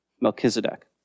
Melchizedek